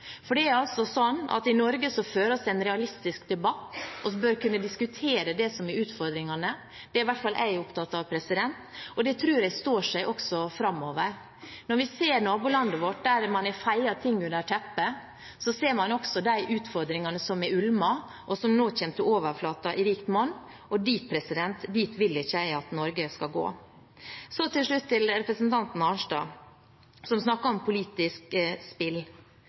For det er altså sånn at i Norge føres det en realistisk debatt, og vi bør kunne diskutere det som er utfordringene. Det er i hvert fall jeg opptatt av, og det tror jeg står seg også framover. Når vi ser til nabolandet vårt, der man har feiet ting under teppet, ser man også de utfordringene som har ulmet, og som nå kommer til overflaten i rikt monn. Dit vil ikke jeg at Norge skal gå. Så til slutt til representanten Arnstad, som snakket om politisk spill.